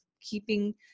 keeping